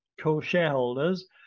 co-shareholders